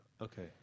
Okay